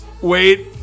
wait